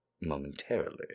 momentarily